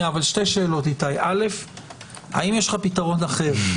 איתי, האם יש לך פתרון אחר?